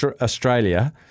Australia